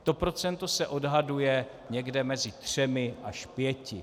To procento se odhaduje někde mezi třemi až pěti.